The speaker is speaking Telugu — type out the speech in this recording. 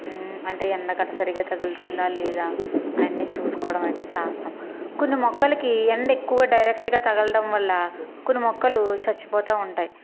అంటే ఎండ గట్ట సరిగా తగులుతుందా లేదా ఆయన్నీ చూసుకోడమైతే చేస్తాం కొన్ని మొక్కలకి ఎండ ఎక్కువ డైరెక్ట్గా తగలడం వల్ల కొన్ని మొక్కలు చచ్చిపోతా ఉంటాయి